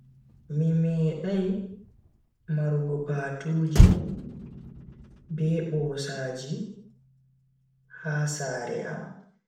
Mi medai marugo patuuji be bosaaji ha sare am.